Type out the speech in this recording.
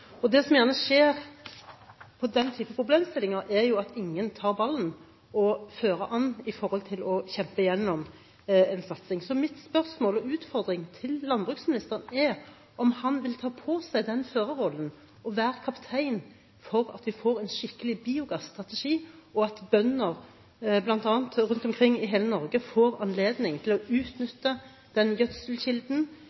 matdepartementet. Det som gjerne skjer i den type problemstillinger, er at ingen tar ballen og fører an med tanke på å kjempe gjennom en satsing. Mitt spørsmål og utfordring til landbruksministeren er: Vil han ta på seg den førerrollen og være kaptein for at vi får en skikkelig biogasstrategi, og at bønder rundt omkring i hele Norge får anledning til å